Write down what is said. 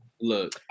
Look